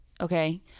okay